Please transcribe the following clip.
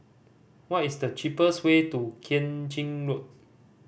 what is the cheapest way to Keng Chin Road